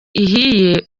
ihiye